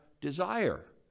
desire